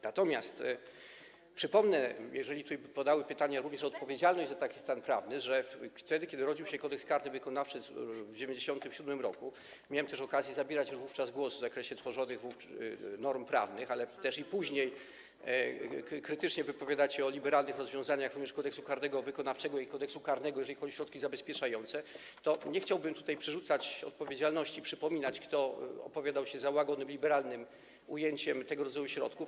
Natomiast przypomnę, skoro tutaj padały pytania również o odpowiedzialność za taki stan prawny, że wtedy kiedy rodził się Kodeks karny wykonawczy, w 1997 r. - miałem też okazję zabierać wówczas głos w zakresie tworzonych norm prawnych, ale też i później krytycznie wypowiadać się o liberalnych rozwiązaniach Kodeksu karnego wykonawczego i Kodeksu karnego, jeżeli chodzi o środki zabezpieczające - nie chciałbym tutaj przerzucać odpowiedzialności i przypominać tego, ale kto opowiadał się za łagodnym, liberalnym ujęciem tego rodzaju środków.